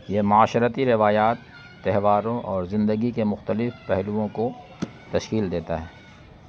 یہ معاشرتی روایات تہواروں اور زندگی کے مختلف پہلوؤں کو تشکیل دیتا ہے